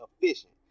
efficient